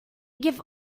give